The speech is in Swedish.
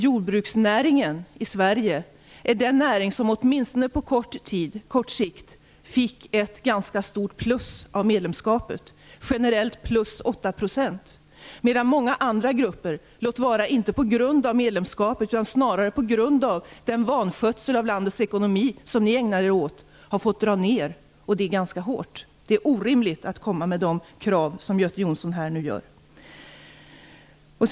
Jordbruksnäringen i Sverige är ändå den näring som åtminstone på kort sikt har fått ett ganska stort plus genom medlemskapet, generellt plus åtta procent. Samtidigt fick många andra grupper, låt vara inte på grund av medlemskapet utan snarare på grund av den vanskötsel av landets ekonomi som ni ägnade er åt, en ganska kraftig neddragning. Det är orimligt att komma med de krav som Göte Jonsson nu framför.